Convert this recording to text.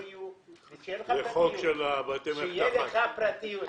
ושתהיה לך פרטיות.